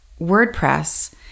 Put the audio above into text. WordPress